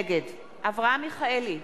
נגד אברהם מיכאלי,